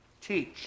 Teach